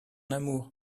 amour